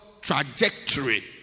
trajectory